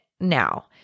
now